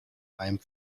einem